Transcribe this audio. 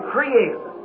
Creator